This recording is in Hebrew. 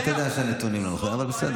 אתה יודע שהנתונים לא נכונים, אבל בסדר.